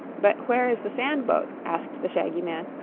but where is the sand-boat? asked the shaggy man,